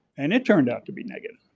and it turned out to be negative.